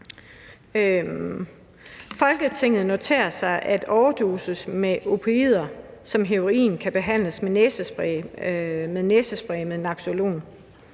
»Folketinget noterer sig: – at overdosis med opioider som heroin kan behandles med næsespray med naloxon,